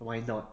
why not